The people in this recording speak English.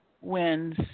wins